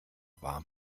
war